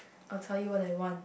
I'll tell you what I want